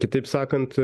kitaip sakant